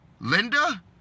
Linda